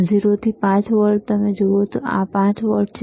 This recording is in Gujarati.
0 થી 5 વોલ્ટ તમે જુઓ આ 5 વોલ્ટ છે